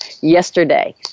yesterday